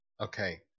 Okay